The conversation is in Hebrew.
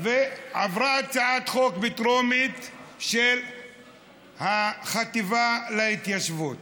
ועברה הצעת חוק בקריאה טרומית על החטיבה להתיישבות.